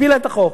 הפילה את החוק.